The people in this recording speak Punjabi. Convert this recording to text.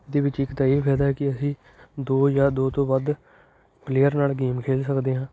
ਇਹਦੇ ਵਿੱਚ ਇੱਕ ਤਾਂ ਇਹ ਫਾਇਦਾ ਕਿ ਅਸੀਂ ਦੋ ਜਾਂ ਦੋ ਤੋਂ ਵੱਧ ਪਲੇਅਰ ਨਾਲ ਗੇਮ ਖੇਲ ਸਕਦੇ ਹਾਂ